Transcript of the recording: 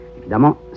Évidemment